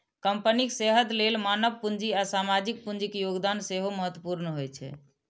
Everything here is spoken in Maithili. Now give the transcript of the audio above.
कंपनीक सेहत लेल मानव पूंजी आ सामाजिक पूंजीक योगदान सेहो महत्वपूर्ण होइ छै